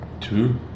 two